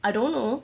I don't know